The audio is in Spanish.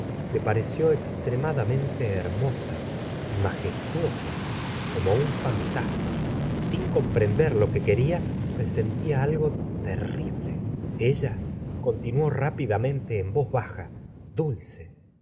le pareció extremadamente hermosa y magestuosa como un fantasma sin comprender lo que quería presentía algo terrible ella continuó rápidamente en voz baja dulce insinuante